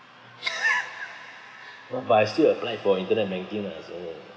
but I still apply for internet banking ah so